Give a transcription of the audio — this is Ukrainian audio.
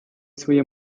своє